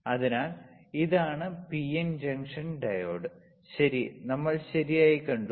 അതിനാൽ ഇതാണ് PN junction diode ശരി നമ്മൾ ശരിയായി കണ്ടു